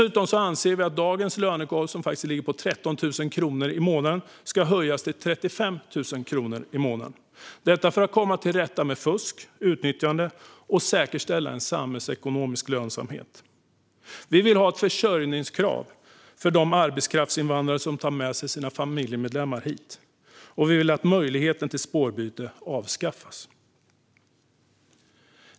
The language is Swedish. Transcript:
Vi anser dessutom att dagens lönegolv, som ligger på 13 000 kronor i månaden, ska höjas till 35 000 kronor i månaden - detta för att komma till rätta med fusk och utnyttjande och säkerställa samhällsekonomisk lönsamhet. Vi vill ha ett försörjningskrav för de arbetskraftsinvandrare som tar med sig sina familjemedlemmar hit, och vi vill att möjligheten till spårbyte ska avskaffas.